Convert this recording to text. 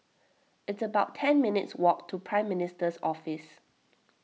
it's about ten minutes' walk to Prime Minister's Office